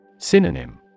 Synonym